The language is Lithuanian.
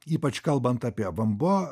ypač kalbant apie vanbo